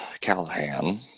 Callahan